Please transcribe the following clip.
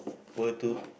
were to